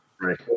Right